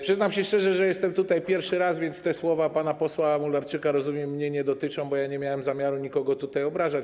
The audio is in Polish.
Przyznam szczerze, że jestem tutaj pierwszy raz, więc te słowa pana posła Mularczyka, jak rozumiem, mnie nie dotyczą, bo nie miałem zamiaru nikogo obrażać.